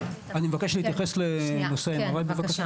אני מבקש להתייחס לנושא ה-MRI בבקשה.